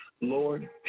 Lord